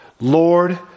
Lord